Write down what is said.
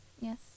Yes